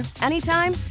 anytime